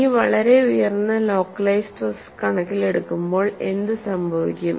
ഈ വളരെ ഉയർന്ന ലോക്കലൈസ്ഡ് സ്ട്രെസ് കണക്കിലെടുക്കുമ്പോൾ എന്ത് സംഭവിക്കും